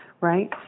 right